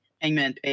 hangman